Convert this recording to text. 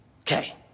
Okay